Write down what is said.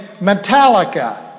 Metallica